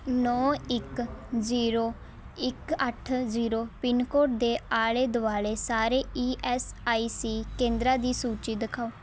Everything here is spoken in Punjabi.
ਨੌ ਇੱਕ ਜ਼ੀਰੋ ਇੱਕ ਅੱਠ ਜ਼ੀਰੋ ਪਿੰਨਕੋਡ ਦੇ ਆਲੇ ਦੁਆਲੇ ਸਾਰੇ ਈ ਐਸ ਆਈ ਸੀ ਕੇਂਦਰਾਂ ਦੀ ਸੂਚੀ ਦਿਖਾਓ